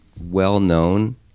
well-known